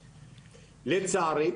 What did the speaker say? לצערי,